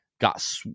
got